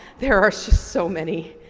there are so many,